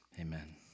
amen